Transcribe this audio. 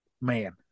man